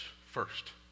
first